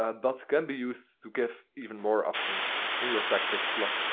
ah but can be used to give even more options in your tactics slots.